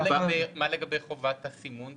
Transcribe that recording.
מה לגבי חובת הסימון?